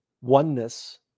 oneness